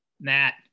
Matt